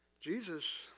Jesus